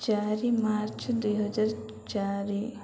ଚାରି ମାର୍ଚ୍ଚ ଦୁଇହଜାର ଚାରି